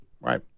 right